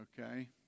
Okay